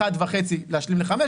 1.5 משלימים ל-5,